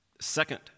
Second